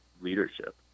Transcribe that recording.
leadership